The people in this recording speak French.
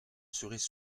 seraient